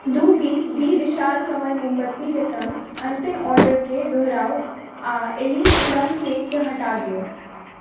दू piece B Vishal Kamal मोमबत्ती के सङ्ग अन्तिम ऑर्डर के दोहराउ आ एलीट प्लम केक के हटा दियौ